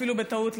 אפילו בטעות,